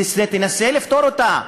תנסה לפתור אותה.